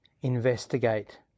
investigate